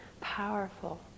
powerful